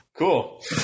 Cool